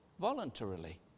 voluntarily